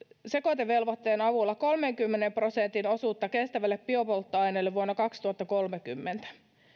sekoitevelvoitteen avulla kolmenkymmenen prosentin osuutta kestäville biopolttoaineille vuonna kaksituhattakolmekymmentä